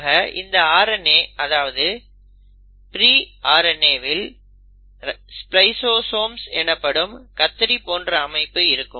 ஆக இந்த RNA அதாவது ப்ரி RNAவில் ஸ்பிலைசோசோம்ஸ் எனப்படும் கத்திரி போன்ற அமைப்பு இருக்கும்